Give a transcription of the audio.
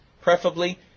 preferably